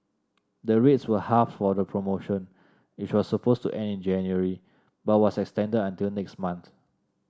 the rates were halved for the promotion which was supposed to end in January but was extended until next month